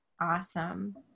Awesome